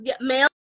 male